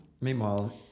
Meanwhile